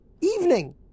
evening